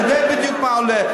אני יודע בדיוק מה עולה,